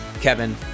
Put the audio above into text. Kevin